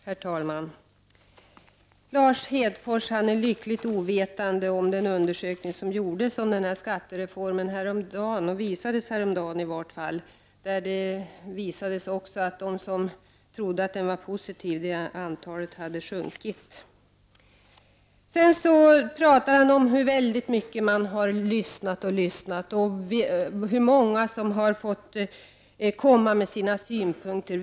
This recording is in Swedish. Herr talman! Lars Hedfors är lyckligt ovetande om en undersökning om skattereformen som lades fram häromdagen, där det visade sig att antalet som trodde att den skulle vara positiv har minskat. Han talade om hur mycket man har lyssnat och om hur många som har fått komma med sina synpunkter.